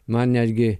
man netgi